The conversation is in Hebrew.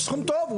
הוא סכום טוב,